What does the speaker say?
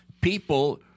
people